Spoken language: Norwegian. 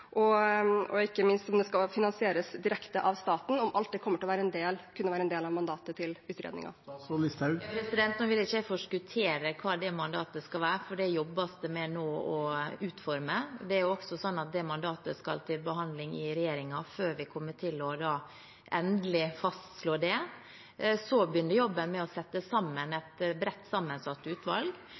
og ikke minst om det skal finansieres direkte av staten, kan bli en del av mandatet for utredningen. Jeg vil ikke forskuttere hva det mandatet skal være, for det jobbes det med å utforme nå. Mandatet skal også til behandling i regjeringen før vi endelig fastslår det. Så begynner jobben med å sette sammen et bredt sammensatt utvalg,